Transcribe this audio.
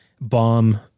bomb